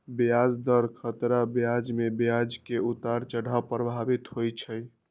ब्याज दर खतरा बजार में ब्याज के उतार चढ़ाव प्रभावित होइ छइ